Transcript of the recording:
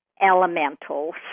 elementals